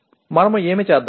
మనము ఏమి చేద్దాము